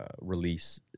release